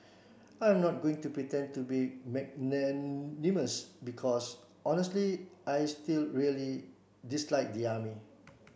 I am not going to pretend to be magnanimous because honestly I still really dislike the army